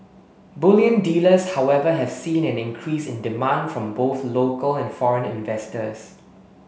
bullion dealers however have seen an increase in demand from both local and foreign investors